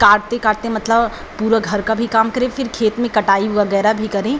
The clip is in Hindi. काटते काटते मतलब पूरा घर का भी काम करें फिर खेत में कटाई वग़ैरह भी करें